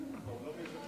בבקשה.